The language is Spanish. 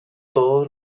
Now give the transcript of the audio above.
todos